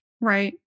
Right